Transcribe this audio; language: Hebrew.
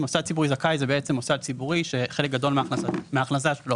"מוסד ציבורי זכאי" זה בעצם מוסד ציבורי שחלק גדול מהכנסה שלו